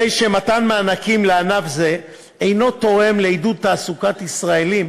הרי שמתן מענקים לענף זה אינו תורם לעידוד תעסוקת ישראלים